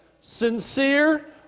sincere